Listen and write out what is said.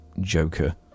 Joker